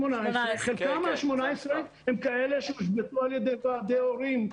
18. חלק מה-18 הם כאלה שהושבתו על ידי ועדי הורים,